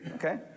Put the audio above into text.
Okay